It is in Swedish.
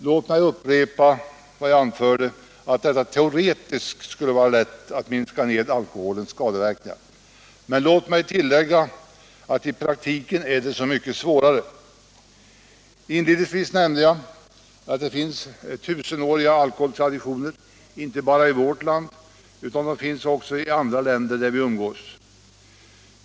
Låt mig upprepa vad jag anförde, nämligen att det teoretiskt skulle vara lätt att minska alkoholens skadeverkningar — men låt mig tillägga att det i praktiken är så mycket svårare. Inledningsvis nämnde jag att det finns tusenåriga alkoholtraditioner inte bara i vårt land utan också i de flesta andra länder som vi umgås med.